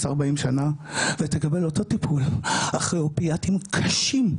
40 שנה ותקבל אותו טיפול האופיאטים קשים,